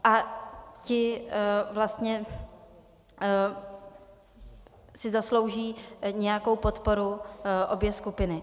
A ti vlastně si zaslouží nějakou podporu, obě skupiny.